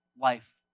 life